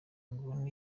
ngo